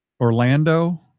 Orlando